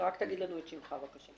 ורק תגיד לנו מה שמך, בבקשה.